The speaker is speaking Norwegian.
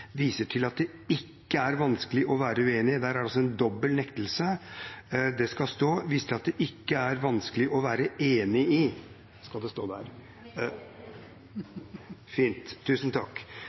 viser til at det ikke er vanskelig å være uenig i». Der er det altså en dobbel nektelse. Det skal stå: «viser til at det ikke er vanskelig å være enig i». Det er rett. Fint, tusen takk.